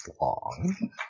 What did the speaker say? long